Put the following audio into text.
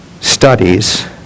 studies